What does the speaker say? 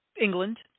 England